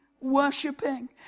worshipping